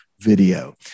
video